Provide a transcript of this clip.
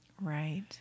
Right